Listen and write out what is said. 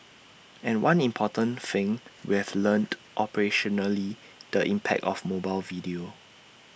and one important thing we've learnt operationally the impact of mobile video